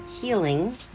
Healing